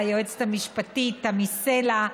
ליועצת המשפטית תמי סלע,